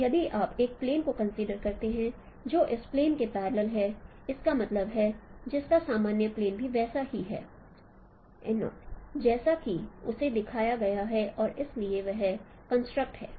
तो यदि आप एक प्लेन को कंसीडर करते हैं जो इस प्लेन के पैरलेल है इसका मतलब है जिसका सामान्य प्लेन भी वैसा ही है जैसा कि उसे दिखाया गया है और इसलिए वह कंस्ट्रक्ट है